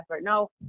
No